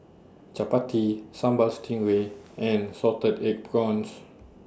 Chappati Sambal Stingray and Salted Egg Prawns